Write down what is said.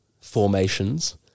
formations